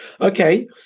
okay